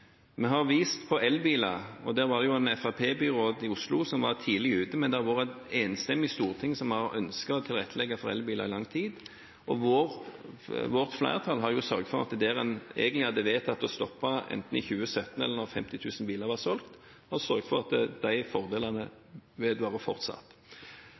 Vi har vist det når det gjelder elbiler. Det var en FrP-byråd i Oslo som var tidlig ute, men det har vært et enstemmig storting som har ønsket å tilrettelegge for elbiler i lang tid. Vårt flertall har sørget for at de fordelene en egentlig hadde vedtatt å stoppe enten i 2017 eller når 50 000 biler var solgt, fortsatt vedvarer. Jeg tror det er viktig å sørge for at det fortsatt